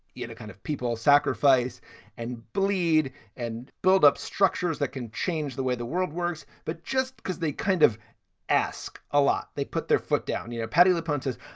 you know, and kind of people sacrifice and bleed and build up structures that can change the way the world works. but just because they kind of ask a lot, they put their foot down, you know, petty the punches.